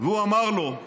והוא אמר לו: